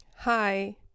Hi